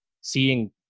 seeing